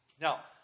Now